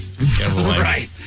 Right